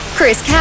Chris